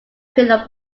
pillar